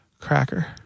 Cracker